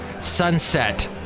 sunset